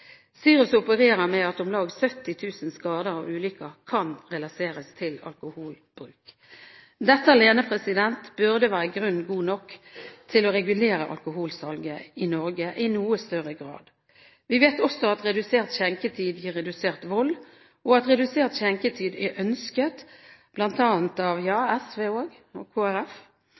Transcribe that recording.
SIRUS opererer med at om lag 70 000 skader og ulykker kan relateres til alkoholbruk. Dette alene burde være grunn god nok til å regulere alkoholsalget i Norge i noe større grad. Vi vet også at redusert skjenketid gir redusert vold, og at redusert skjenketid er ønsket bl.a. av – ja også av SV og